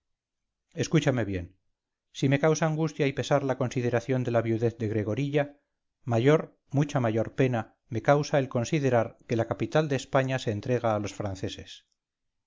escúchame bien si me causa angustia y pesar la consideración de la viudez de gregorilla mayor mucha mayor pena me causa el considerar que la capital de españa se entrega alos franceses